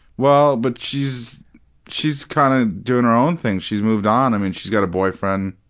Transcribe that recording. well, but she's she's kind of doing her own thing. she's moved on. i mean, she's got a boyfriend.